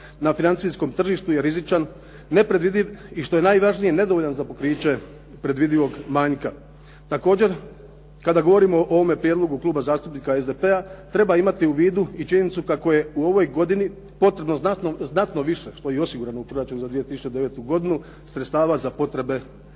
na financijskom tržištu je rizičan, nepredvidljiv i što je najvažnije nedovoljan za pokriće previdivog manjka. Također kada govorimo o ovome prijedlogu Kluba zastupnika SDP-a treba imati u vidu i činjenicu kako je u ovoj godini potrebno znatno više što je i osigurano u proračunu za 2009. godinu sredstava za potrebe